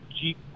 Jeep